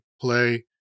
play